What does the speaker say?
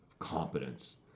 competence